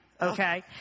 okay